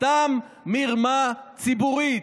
סתם מרמה ציבורית.